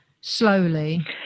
slowly